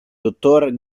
dottor